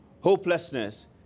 hopelessness